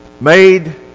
made